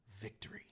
victory